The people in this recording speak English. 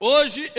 Hoje